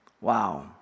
Wow